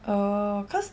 oh cause